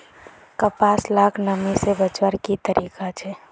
कपास लाक नमी से बचवार की तरीका छे?